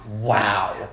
Wow